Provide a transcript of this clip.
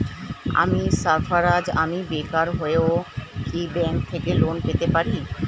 আমি সার্ফারাজ, আমি বেকার হয়েও কি ব্যঙ্ক থেকে লোন নিতে পারি?